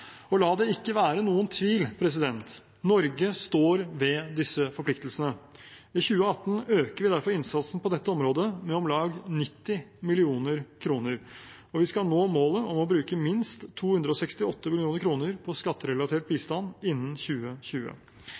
La det ikke være noen tvil: Norge står ved disse forpliktelsene. I 2018 øker vi derfor innsatsen på dette området med omlag 90 mill. kr, og vi skal nå målet om å bruke minst 268 mill. kr på skatterelatert bistand innen 2020.